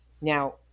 Now